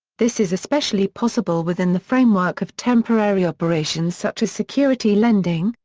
this is especially possible within the framework of temporary operations such as security lending,